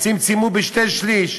צמצמו בשני-שלישים,